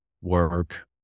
work